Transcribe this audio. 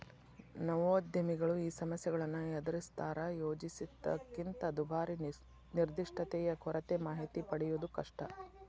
ನವೋದ್ಯಮಿಗಳು ಈ ಸಮಸ್ಯೆಗಳನ್ನ ಎದರಿಸ್ತಾರಾ ಯೋಜಿಸಿದ್ದಕ್ಕಿಂತ ದುಬಾರಿ ನಿರ್ದಿಷ್ಟತೆಯ ಕೊರತೆ ಮಾಹಿತಿ ಪಡೆಯದು ಕಷ್ಟ